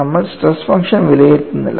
നമ്മൾ stress function വിലയിരുത്തുന്നില്ല